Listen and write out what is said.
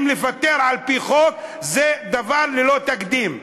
לפטר עובדים על-פי חוק, זה דבר ללא תקדים.